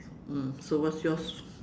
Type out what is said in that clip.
mm so what's yours